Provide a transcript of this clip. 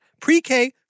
pre-K